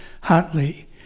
hotly